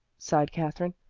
sighed katherine.